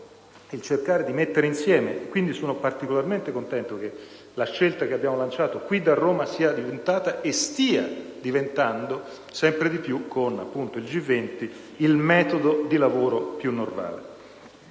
cercare di mettere insieme i vari aspetti. Sono quindi particolarmente contento che la scelta che abbiamo lanciato qui da Roma sia diventata e stia diventando sempre di più, con il G20, il metodo di lavoro più normale.